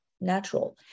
natural